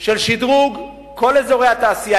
של שדרוג כל אזורי התעשייה,